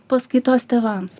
paskaitos tėvams